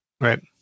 Right